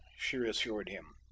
she assured him.